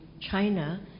China